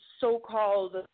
so-called